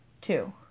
Two